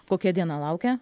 kokia diena laukia